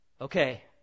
okay